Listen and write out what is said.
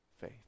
faith